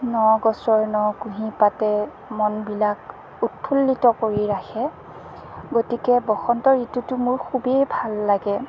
ন গছৰ ন কুঁহিপাতে মনবিলাক উৎফুল্লিত কৰি ৰাখে গতিকে বসন্ত ঋতুটো মোৰ খুবেই ভাল লাগে